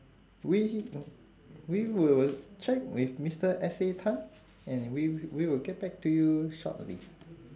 we we will check with mister S A tan and we w~ we will get back to you shortly